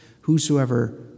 whosoever